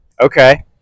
Okay